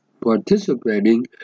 participating